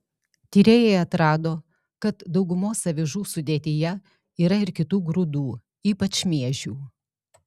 tyrėjai atrado kad daugumos avižų sudėtyje yra ir kitų grūdų ypač miežių